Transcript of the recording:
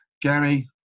Gary